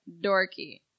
dorky